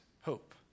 hope